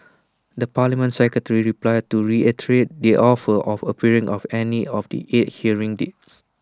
the parliament secretary replied to reiterate the offer of appearing on any of the eight hearing dates